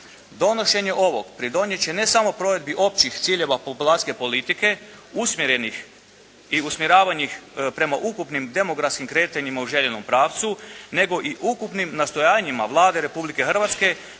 Donošenje ovog pridonijet će, ne samo provedbi općih ciljeva populacijske politike usmjerenih i usmjeravanih prema ukupnim demografskim kretanjima u željenom pravcu, nego i ukupnim nastojanjima Vlade Republike Hrvatske